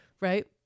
right